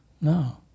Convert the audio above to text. No